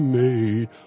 made